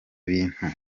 bintu